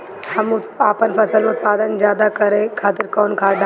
हम आपन फसल में उत्पादन ज्यदा करे खातिर कौन खाद डाली?